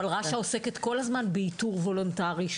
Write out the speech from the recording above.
אבל רש"א עוסקת כל הזמן באיתור וולונטרי.